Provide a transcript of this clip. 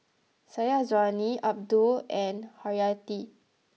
Syazwani Abdul and Haryati